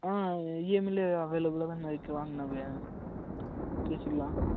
ஆ ஈஎம்ஐலையே அவெலபிலாக தான்ணா இருக்குது வாங்க அண்ணா பேசிக்கலாம்